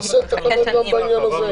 זה --- אז תעשה תקנות גם בעניין הזה,